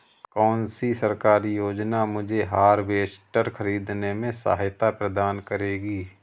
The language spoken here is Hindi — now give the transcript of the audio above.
कौन सी सरकारी योजना मुझे हार्वेस्टर ख़रीदने में सहायता प्रदान करेगी?